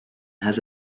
has